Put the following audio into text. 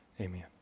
Amen